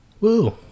Woo